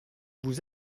vous